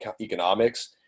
economics